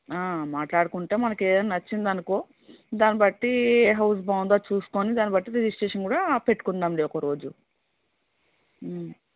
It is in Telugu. మాట్లాడుకుంటే మనకి ఏదన్నా నచ్చిందనుకో దాన్నిబట్టి ఏ హౌస్ బాగుందో అది చూసుకొని దాన్నిబట్టి రిజిస్ట్రేషన్ కూడా పెట్టుకుందాంలే ఒక రోజు